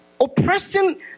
oppressing